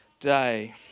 day